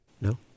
No